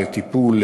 לטיפול,